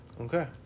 Okay